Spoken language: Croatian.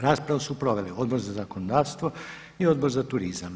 Raspravu su proveli Odbor za zakonodavstvo i Odbor za turizam.